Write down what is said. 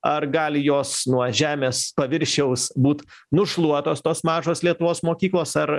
ar gali jos nuo žemės paviršiaus būt nušluotos tos mažos lietuvos mokyklos ar